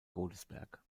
godesberg